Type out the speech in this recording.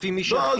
לפי מי שהכי?...